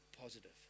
positive